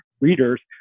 readers